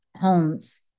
homes